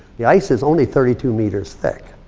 the ice is only thirty two meters thick.